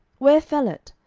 where fell it?